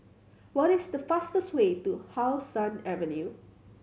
what is the fastest way to How Sun Avenue